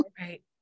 Right